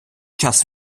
час